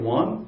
one